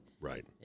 Right